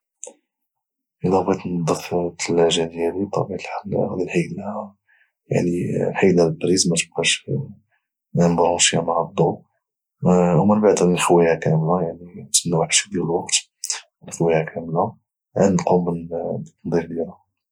الا بغيت نظف الثلاجه ديالي بطبيعه الحال غادي نحيد لها بليز ما تبقاش مبروشيه مع الضوء ومن بعد غادي نخويها كامله ونتسنى واحد الشويه ديال الوقت نخويها كامله عاد نقوم بالتنظيف ديالها